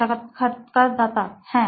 সাক্ষাৎকারদাতা হ্যাঁ